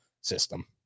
system